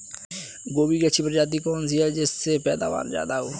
गोभी की अच्छी प्रजाति कौन सी है जिससे पैदावार ज्यादा हो?